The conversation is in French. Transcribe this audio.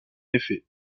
effet